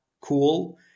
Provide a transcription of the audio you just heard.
cool